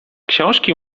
książki